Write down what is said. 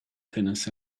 tennis